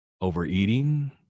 overeating